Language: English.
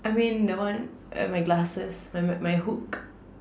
I mean the one uh my glasses my my my hook